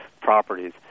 properties